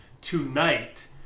tonight